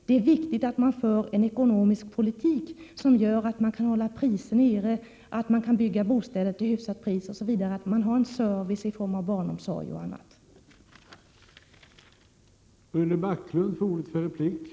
Det är viktigt att man för en ekonomisk politik som gör att priserna kan hållas nere, att man kan bygga bostäder till hyfsat pris, att det finns service i form av barnomsorg och annat, osv.